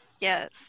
Yes